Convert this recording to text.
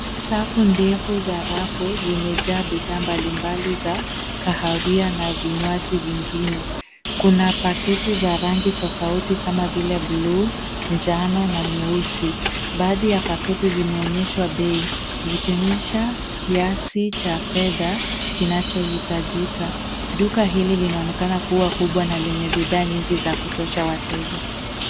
Safu ndefu za rafu zimejaa bidhaa mengi mbalimbali za kahawia na vinywaji vingine, kuna paketi za rangi tofuati kama vile blu, njano na nyeusi, baadhi ya paketi zimeonyeshwa bei zikionyesha kiasi cha fedha kinacho hitajika, duka hili linaonekana kuwa kubwa na lenye bidhaa nyingi za kutosha wateja.